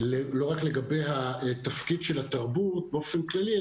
לא רק לגבי התפקיד של התרבות באופן כללי,